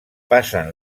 passen